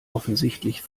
offensichtlich